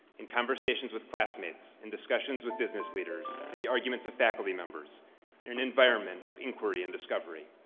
in conversations with classmates. in discussions with business leaders. in the arguments of faculty members. in an environment of inquiry and discovery.